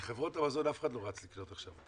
ואת חברות המזון אף אחד לא רץ לקנות עכשיו.